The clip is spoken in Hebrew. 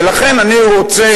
ולכן אני רוצה,